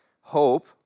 Hope